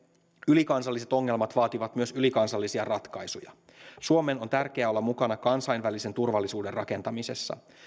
ylikansalliset ongelmat vaativat myös ylikansallisia ratkaisuja suomen on tärkeä olla mukana kansainvälisen turvallisuuden rakentamisessa